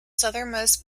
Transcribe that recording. southernmost